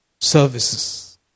services